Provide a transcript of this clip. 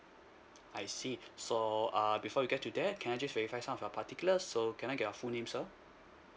I see so uh before we get to that can I just verify some of your particulars so can I get your full name sir